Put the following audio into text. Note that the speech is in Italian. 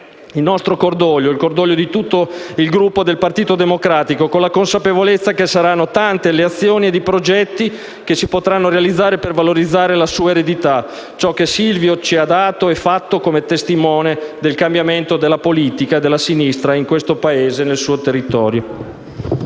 il nostro cordoglio, il cordoglio di tutto il Gruppo del Partito Democratico, con la consapevolezza che saranno tante le azioni ed i progetti che si potranno realizzare per valorizzare la sua eredità, ciò che Silvio ha dato e fatto come testimone del cambiamento della politica e della sinistra in questo Paese e nel suo territorio.